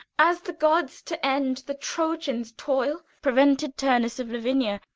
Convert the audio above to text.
as the gods, to end the trojans' toil, prevented turnus of lavinia,